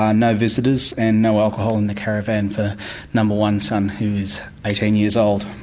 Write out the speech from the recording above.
ah no visitors, and no alcohol in the caravan for number one son who is eighteen years old.